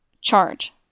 Charge